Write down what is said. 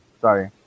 Sorry